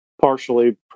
partially